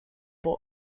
books